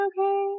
okay